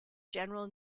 general